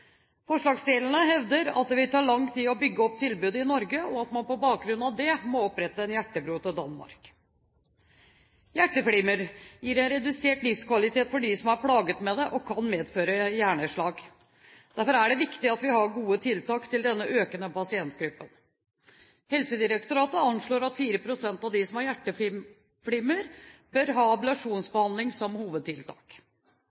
Forslagsstillerne hevder at det vil ta lang tid å bygge opp tilbudet i Norge, og at man på bakgrunn av det må opprette en hjertebro til Danmark. Hjerteflimmer gir redusert livskvalitet for dem som er plaget med det, og kan medføre hjerneslag. Derfor er det viktig at vi har gode tiltak til denne økende pasientgruppen. Helsedirektoratet anslår at 4 pst. av dem som har hjerteflimmer, bør ha